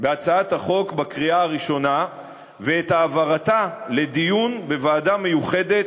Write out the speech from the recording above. בהצעת החוק בקריאה הראשונה ובהעברתה לדיון בוועדה מיוחדת